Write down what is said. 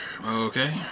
Okay